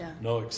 No